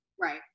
Right